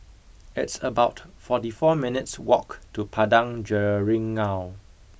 it's about forty four minutes' walk to Padang Jeringau